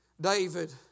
David